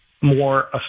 more